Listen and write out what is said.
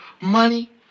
Money